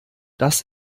das